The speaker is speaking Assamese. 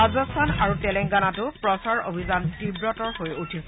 ৰাজস্থান আৰু তেলেংগানাতো প্ৰচাৰ অভিযান তীৱতৰ হৈ উঠিছে